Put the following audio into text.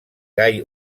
gai